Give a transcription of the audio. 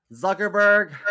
zuckerberg